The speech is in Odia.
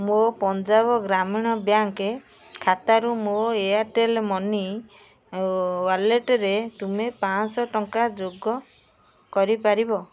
ମୋ ପଞ୍ଜାବ ଗ୍ରାମୀଣ ବ୍ୟାଙ୍କ୍ ଖାତାରୁ ମୋ ଏୟାର୍ଟେଲ୍ ମନି ୱାଲେଟ୍ରେ ତୁମେ ପାଞ୍ଚ ଶହ ଟଙ୍କା ଯୋଗ କରିପାରିବ